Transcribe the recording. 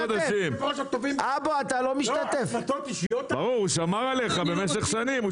הוא שמר עליך במשך שנים,